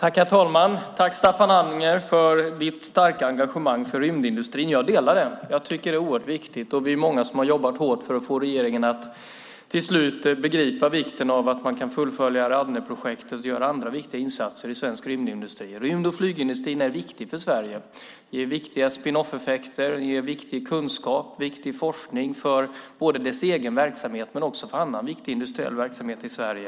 Herr talman! Tack, Staffan Anger, för ditt starka engagemang för rymdindustrin. Jag delar det. Jag tycker att det är oerhört viktigt. Vi är många som har jobbat hårt för att få regeringen att till slut begripa vikten av att man kan fullfölja Ariadneprojektet och göra andra viktiga insatser i svensk rymdindustri. Rymd och flygindustrin är viktig för Sverige. Den ger viktiga spin off-effekter, viktig kunskap och viktig forskning för både dess egen verksamhet men också för annan viktig industriell verksamhet i Sverige.